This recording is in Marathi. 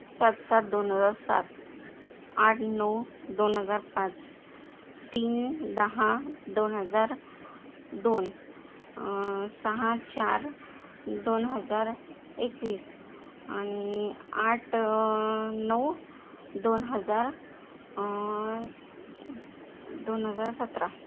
सात सात दोन हजार सात आठ नऊ दोन हजार पाच तीन दहा दोन हजार दोन सहा चार दोन हजार एकवीस आणि आठ नऊ दोन हजार दोन हजार सतरा